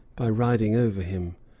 by riding over him.